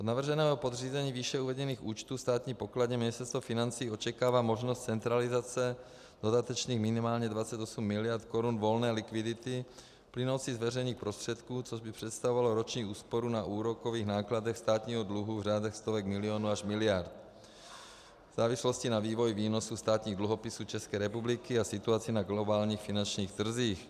Od navrženého podřízení výše uvedených účtů státní pokladně Ministerstvo financí očekává možnost centralizace dodatečných minimálně 28 mld. korun volné likvidity plynoucích z veřejných prostředků, což by představovalo roční úsporu na úrokových nákladech státního dluhu v řádek stovek milionů až miliard v závislosti na vývoji výnosů státních dluhopisů České republiky a situaci na globálních finančních trzích.